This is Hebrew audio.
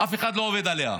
אף אחד לא עובד עליה,